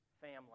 family